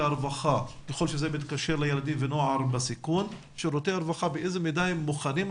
הרווחה ככל שזה מתקשר לילדים ונוער בסיכון בוחנים עכשיו